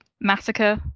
massacre